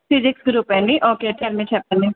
physics గ్రూపా అండి okay tell me చెప్పండి